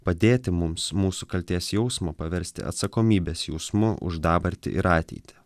padėti mums mūsų kaltės jausmą paversti atsakomybės jausmu už dabartį ir ateitį